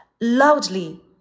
loudly